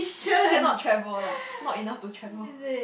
cannot travel lah not enough to travel